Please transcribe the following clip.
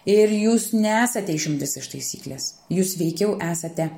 ir jūs nesate išimtis iš taisyklės jūs veikiau esate